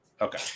Okay